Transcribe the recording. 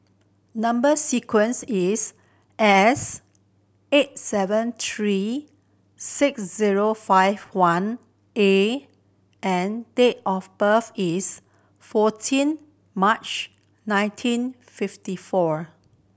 number sequence is S eight seven three six zero five one A and date of birth is fourteen March nineteen fifty four